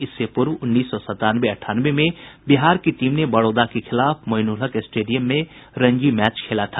इससे पूर्व उन्नीस सौ सतानवे अठानवे में बिहार की टीम ने बड़ौदा के खिलाफ मोईनुलहक स्टेडियम में मैच खेला था